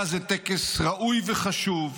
היה זה טקס ראוי וחשוב,